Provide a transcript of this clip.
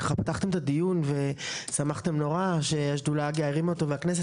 כי פתחתם את הדיון ושמחתם נורא שהשדולה הגאה הרימה אותו והכנסת